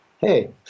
Hey